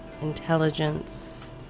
intelligence